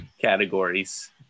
categories